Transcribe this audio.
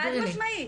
חד משמעית.